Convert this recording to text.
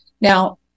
Now